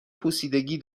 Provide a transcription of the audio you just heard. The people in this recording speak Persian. پوسیدگی